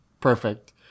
Perfect